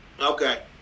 Okay